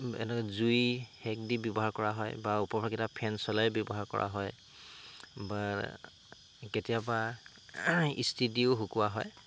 এনেকৈ জুইৰ সেক দি ব্যৱহাৰ কৰা হয় বা ওপৰত কেতিয়াবা ফেন চলাই ব্যৱহাৰ কৰা হয় বা কেতিয়াবা ইস্ত্ৰি দিও শুকুৱা হয়